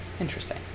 Interesting